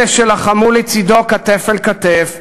אלה שלחמו לצדו כתף אל כתף,